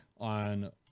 on